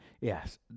yes